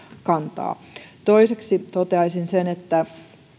kantaa toiseksi toteaisin sen että